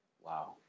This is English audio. Wow